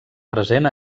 present